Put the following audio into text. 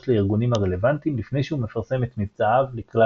לארגונים הרלוונטיים לפני שהוא מפרסם את ממצאיו לכלל